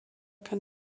kann